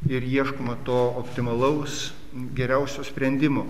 ir ieškoma to optimalaus geriausio sprendimo